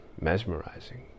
mesmerizing